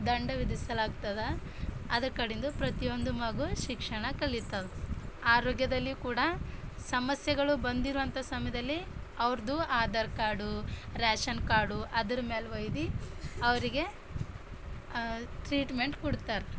ದಂಡ ವಿಧಿಸಲಾಗ್ತದೆ ಅದ್ರ ಕಡಿಂದು ಪ್ರತಿಯೊಂದು ಮಗು ಶಿಕ್ಷಣ ಕಲಿತಾವೆ ಆರೋಗ್ಯದಲ್ಲಿಯೂ ಕೂಡ ಸಮಸ್ಯೆಗಳು ಬಂದಿರುವಂಥ ಸಮಯದಲ್ಲಿ ಅವರದ್ದು ಆಧಾರ ಕಾರ್ಡ್ ರ್ಯಾಷನ್ ಕಾರ್ಡು ಅದರ ಮೇಲೆ ಒಯ್ದು ಅವರಿಗೆ ಟ್ರೀಟ್ಮೆಂಟ್ ಕೊಡ್ತಾರೆ